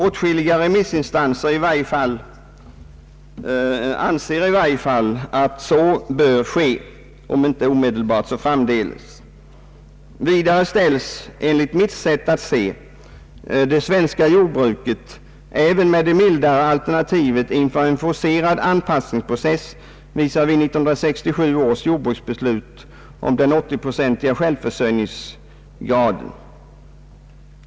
Åtskilliga remissinstanser anser i varje fall att så kan komma att ske, om inte omedelbart så framdeles. Vidare ställs, enligt mitt sätt att se, det svenska jordbruket även med det mildare alternativet inför en forcerad anpassningsprocess visavi 1967 års riksdagsbeslut om den 80-procentiga självförsörjningsgraden.